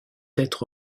être